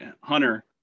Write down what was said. Hunter